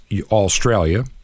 Australia